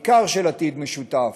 בעיקר של עתיד משותף,